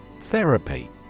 Therapy